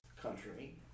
country